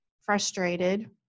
frustrated